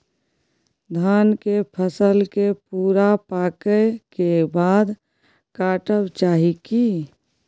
धान के फसल के पूरा पकै के बाद काटब चाही की?